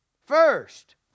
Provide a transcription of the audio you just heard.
first